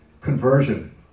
Conversion